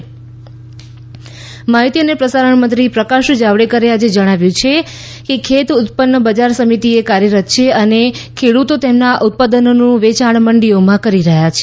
Javadekar farmers માહિતી અને પ્રસારણમંત્રી પ્રકાશ જાવડેકરે આજે જણાવ્યું છે કે ખેત ઉત્પન્ન બજાર સમિતિઓ કાર્યરત છે અને ખેડુતો તેમનાં ઉત્પાદનોનું વેચાણ મંડીઓમાં કરી રહ્યા છે